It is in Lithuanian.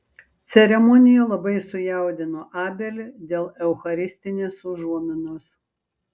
ceremonija labai sujaudino abelį dėl eucharistinės užuominos